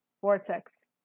Vortex